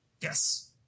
Yes